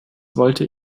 wollte